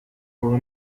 ubu